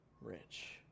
rich